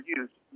use